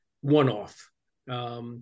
one-off